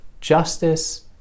justice